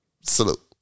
salute